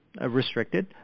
restricted